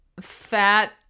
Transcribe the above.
fat